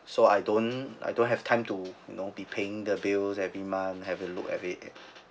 so I don't I don't have time to you know be paying the bills every month have to look at it